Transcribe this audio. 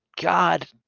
God